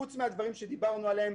חוץ מהדברים שדיברנו עליהם,